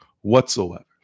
whatsoever